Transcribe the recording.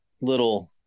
little